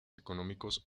económicos